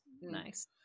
nice